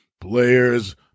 players